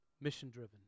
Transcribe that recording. mission-driven